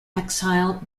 exile